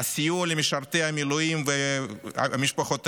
הסיוע למשרתי המילואים ומשפחותיהם,